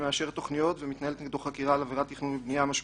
שמאשר תכניות ומתנהלת נגדו חקירה על עבירת תכנון ובנייה משמעותית,